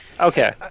okay